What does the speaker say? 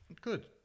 Good